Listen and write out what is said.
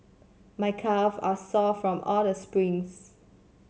my calve are sore from all the sprints